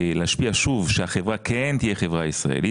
להשפיע שוב שהחברה כן תהיה חברה ישראלית